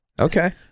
Okay